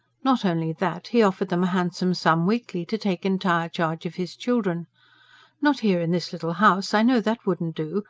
not only that he offered them a handsome sum weekly to take entire charge of his children not here, in this little house i know that wouldn't do,